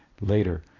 later